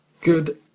Good